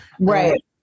Right